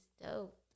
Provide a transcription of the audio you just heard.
dope